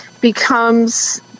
becomes